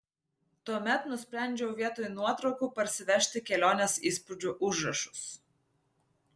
tuomet nusprendžiau vietoj nuotraukų parsivežti kelionės įspūdžių užrašus